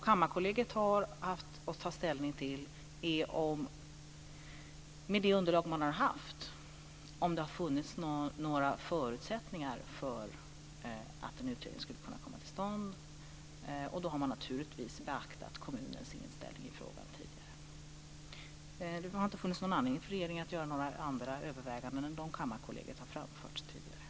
Kammarkollegiet har haft att ta ställning till om det med det underlag som man har haft har funnits några förutsättningar för att en utredning skulle kunna komma till stånd. Då har man naturligtvis beaktat kommunens inställning i frågan tidigare. Det har inte funnits någon anledning för regeringen att göra några andra överväganden än dem som Kammarkollegiet tidigare har framfört.